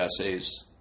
essays